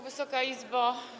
Wysoka Izbo!